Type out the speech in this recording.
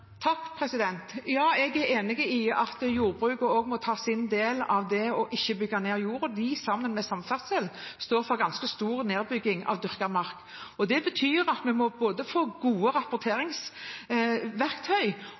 Ja, jeg er enig i at jordbruket også må ta sin del av det å ikke bygge ned jord. Det, sammen med samferdsel, står for en ganske stor nedbygging av dyrket mark. Det betyr at vi må få gode